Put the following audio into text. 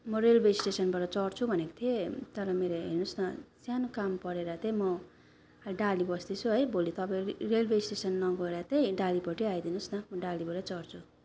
म railway स्टेसनबाट चढ्छु भनेको थिएँ तर मेरो हेर्नु होस् न सानो काम परेर त म अहिले डाली बस्दैछु है भोलि तपाईँ रे रेल वे स्टेसन नगएर त डालीपट्टि आइदिनु होस् न म डालीबाटै चढ्छु